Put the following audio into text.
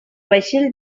vaixell